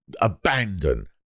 abandon